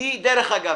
היא דרך אגב,